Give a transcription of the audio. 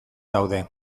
daude